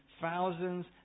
thousands